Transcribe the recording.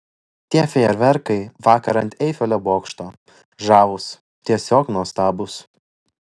tie fejerverkai vakar ant eifelio bokšto žavūs tiesiog nuostabūs